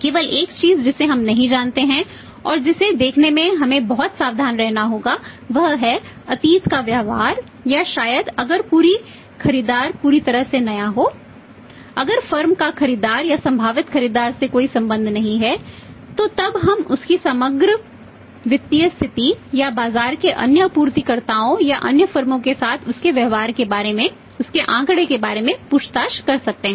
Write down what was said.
केवल एक चीज जिसे हम नहीं जानते हैं और जिसे देखने में हमें बहुत सावधान रहना होगा वह है अतीत का व्यवहार या शायद अगर खरीदार पूरी तरह से नया हो अगर फर्म के साथ उसके व्यवहार के बारे में उसके आंकड़ों के बारे में पूछताछ कर सकते हैं